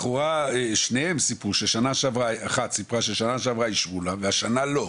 אחת סיפרה ששנה שעברה אישרו לה, והשנה לא.